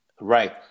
right